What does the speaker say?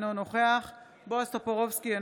אינו נוכח בועז טופורובסקי,